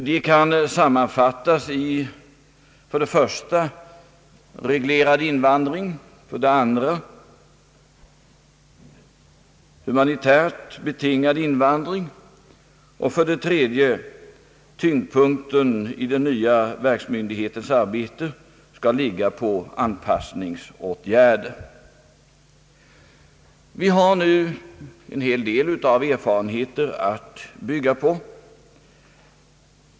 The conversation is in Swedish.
De kan sammanfattas i för det första reglerad invandring, för det andra humanitärt betingad invandring och för det tredje: tyngdpunkten i den nya verksmyndighetens arbete skall ligga på anpassningsåtgärder. Vi har nu en hel del erfarenheter att bygga på.